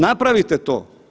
Napravite to.